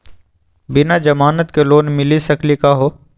बिना जमानत के लोन मिली सकली का हो?